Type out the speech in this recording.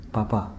Papa